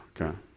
Okay